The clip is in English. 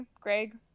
Greg